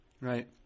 Right